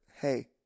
hey